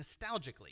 nostalgically